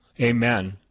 Amen